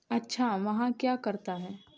अच्छा वहाँ क्या करता है